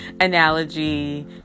analogy